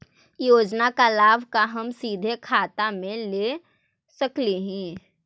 योजना का लाभ का हम सीधे खाता में ले सकली ही?